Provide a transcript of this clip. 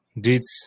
deeds